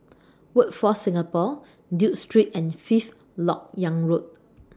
Workforce Singapore Duke Street and Fifth Lok Yang Road